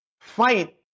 fight